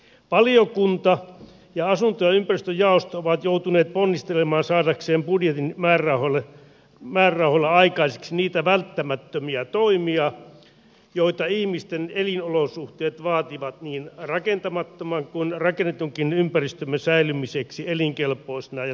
valiokunta ja asunto ja ympäristöjaosto ovat joutuneet ponnistelemaan saadakseen budjetin määrärahoilla aikaiseksi niitä välttämättömiä toimia joita ihmisten elinolosuhteet vaativat niin rakentamattoman kuin rakennetunkin ympäristömme säilymiseksi elinkelpoisena ja toimivana